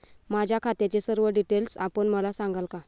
माझ्या खात्याचे सर्व डिटेल्स आपण मला सांगाल का?